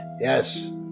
Yes